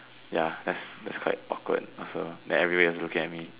ya that's that's quite awkward also then everybody was looking at me